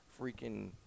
freaking